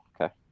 okay